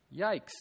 Yikes